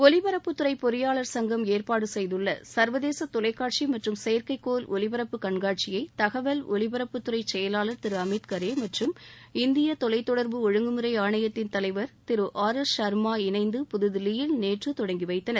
ஒலிபரப்புத்துறை பொறியாளர் சங்கம் ஏற்பாடு செய்துள்ள சர்வதேச தொலைக்காட்சி மற்றும் செயற்கைக்கோள் ஒலிபரப்பு கண்காட்சியை தகவல் ஒலிபரப்புத்துறை செயவாளர் திரு அமீத் கரே மற்றும் இந்திய தொலைத் தொடர்பு ஒழுங்குமுறை ஆணையத்தின் தலைவர் திரு ஆர் எஸ் ஷர்மா இணைந்து புதுதில்லியில் நேற்று தொடங்கி வைத்தனர்